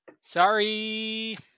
Sorry